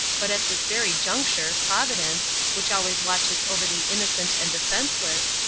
but at this very juncture providence, which always watches over the innocent and defenceless,